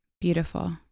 Beautiful